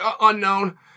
unknown